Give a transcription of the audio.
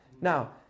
now